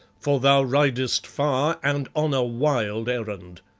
for thou ridest far and on a wild errand.